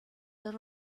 the